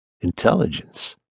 Intelligence